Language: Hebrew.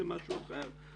זה משהו אחר.